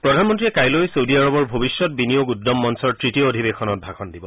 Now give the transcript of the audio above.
প্ৰধানমন্তীয়ে কাইলৈ চৌদি আৰৱৰ ভৱিষ্যৎ বিনিয়োগ উদ্যম মঞ্চৰ তৃতীয় অধিৱেশনত ভাষণ দিব